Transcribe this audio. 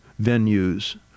venues